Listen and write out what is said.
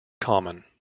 common